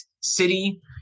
city